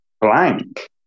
blank